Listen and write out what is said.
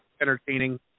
entertaining